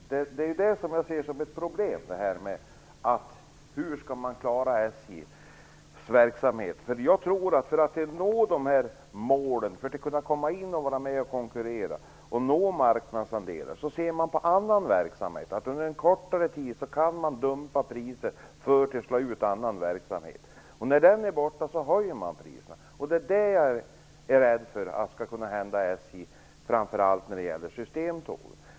Herr talman! Det är ju det som jag ser som ett problem: Hur skall man klara SJ:s verksamhet? Ser man på annan verksamhet finner man att företag för att nå dessa mål, för att komma in och vara med och konkurrera och nå marknadsandelar, under en kortare tid kan dumpa priser för att slå ut annan verksamhet. När den är borta höjs priserna. Det är det jag är rädd skall kunna hända SJ, framför allt när det gäller systemtåg.